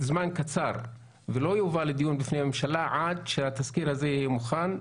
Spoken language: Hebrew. זמן קצר ולא יובא לדיון בפני הממשלה עד שהתסקיר הזה יהיה מוכן.